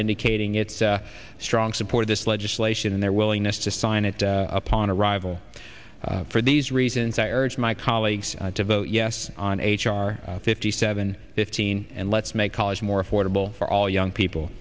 indicating its strong support this legislation and their willingness to sign it upon arrival for these reasons i urge my colleagues to vote yes on h r fifty seven fifteen and let's make college more affordable for all young people